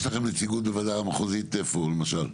יש לכם נציגות בוועדות המחוזית, אפה למשל?